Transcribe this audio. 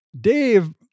Dave